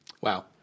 Wow